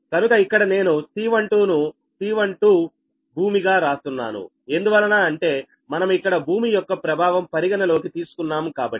కనుక ఇక్కడ నేను C12 ను C12 ఎర్త్ గా రాస్తున్నాను ఎందువలన అంటే మనం ఇక్కడ భూమి యొక్క ప్రభావం పరిగణలోకి తీసుకున్నాము కాబట్టి